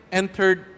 entered